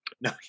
No